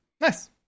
Nice